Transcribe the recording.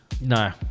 No